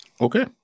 Okay